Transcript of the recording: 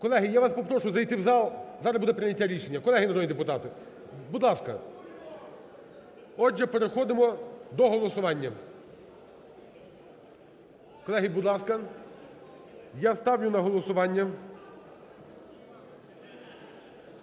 Колеги, я вас попрошу зайти в зал, зараз буде прийняття рішення. Колеги народні депутати! Будь ласка! Отже, переходимо до голосування. Колеги, будь ласка, я ставлю на голосування